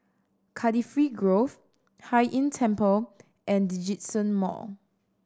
Cardifi Grove Hai Inn Temple and Djitsun Mall